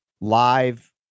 live